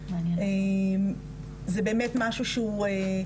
זה באמת משהו מאוד